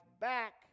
back